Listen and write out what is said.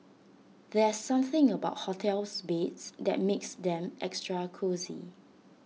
there's something about hotels beds that makes them extra cosy